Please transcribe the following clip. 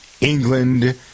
England